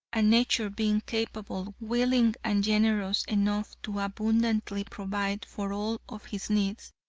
and nature being capable, willing and generous enough to abundantly provide for all of his needs,